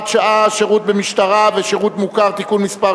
שעה) (שירות במשטרה ושירות מוכר) (תיקון מס'